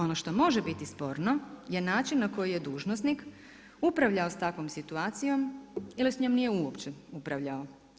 Ono što može biti sporno je način na koji je dužnosnik upravljao s takvom situacijom ili s njom nije uopće upravljao.